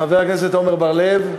חבר הכנסת עמר בר-לב.